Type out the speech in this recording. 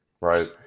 right